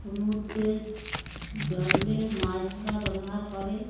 সমুদ্রে জলে মাছ ধরা ব্যবহার করে